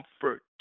comfort